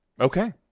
okay